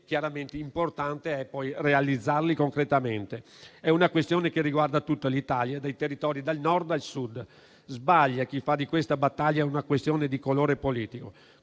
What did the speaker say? chiaramente è importante poi realizzarli concretamente. È una questione che riguarda tutta l'Italia, dai territori del Nord a quelli del Sud. Sbaglia chi fa di questa battaglia una questione di colore politico.